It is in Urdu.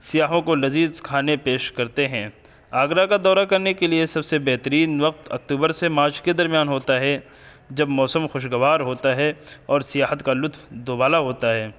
سیاحوں کو لذیذ کھانے پیش کرتے ہیں آگرہ کا دورہ کرنے کے لیے سب بہترین وقت اکتوبر سے مارچ کے درمیان ہوتا ہے جب موسم خوشگوار ہوتا ہے اور سیاحت کا لطف دوبالا ہوتا ہے